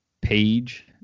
page